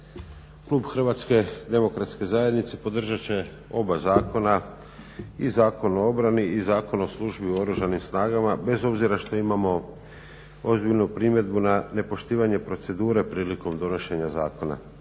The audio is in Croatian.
Klub HDZ-a podržat će oba zakona i Zakon o obrani i Zakon o službi u Oružanim snagama bez obzira što imamo ozbiljnu primjedbu na nepoštivanje procedure prilikom donošenja zakona.